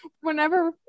whenever